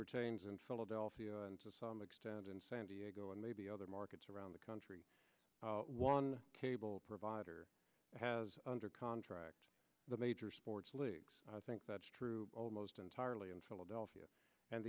pertains in philadelphia and to some extent in san diego and maybe other markets around the country one cable provider has under contract the major sports leagues i think that's true almost entirely in philadelphia and